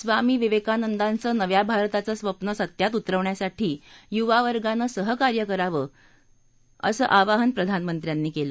स्वामी विवेकानंदांचं नव्या भारताचं स्वप्न सत्यात उतरवण्यासाठी युवावर्गानं सहकार्य करावं असं आवाहन प्रधानमंत्र्यांनी केलं